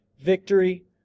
victory